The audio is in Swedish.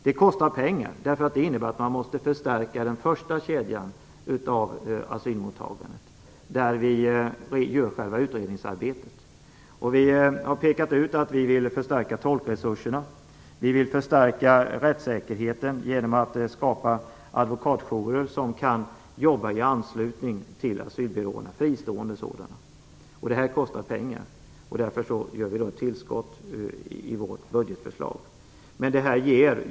Det kostar pengar, eftersom det innebär att man måste förstärka den första kedjan i asylmottagandet, dvs. själva utredningsarbetet. Vi vill förstärka tolkresurserna. Vi vill också förstärka rättssäkerheten genom tillskapande av fristående advokatjourer som kan arbeta i anslutning till asylbyråerna. Detta kostar pengar, och därför vill vi göra ett tillskott enligt vårt budgetförslag.